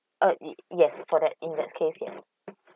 uh it yes for that in that case yes